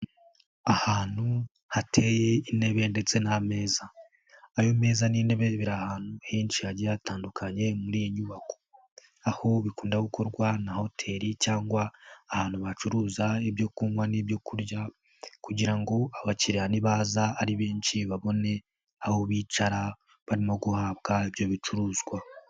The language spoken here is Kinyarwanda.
Ahantu hateye intebe ndetse n'ameza, ayo meza n'intebe biri ahantu henshi hagiye hatandukanye muri iyi nyubako, aho bikunda gukorwa na hoteli cyangwa ahantu bacuruza ibyo kunywa n'ibyo kurya kugira ngo abakiriya nibaza ari benshi babone aho bicara barimo guhabwa ibyo bicuruzwa.